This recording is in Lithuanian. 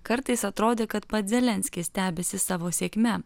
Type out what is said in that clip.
kartais atrodė kad pats zelenskis stebisi savo sėkme